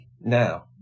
now